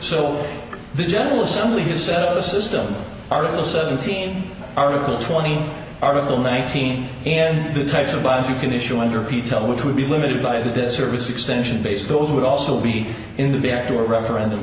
so the general assembly set up a system are the seventeen article twenty article nineteen and the types of bugs you can issue under p tell which would be limited by the dis service extension base those would also be in the backdoor referendum